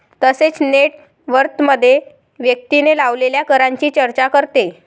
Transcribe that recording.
तसेच नेट वर्थमध्ये व्यक्तीने लावलेल्या करांची चर्चा करते